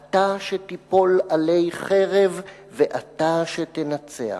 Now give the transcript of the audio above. המשיח./ אתה שתיפול עלי חרב, ואתה שתנצח!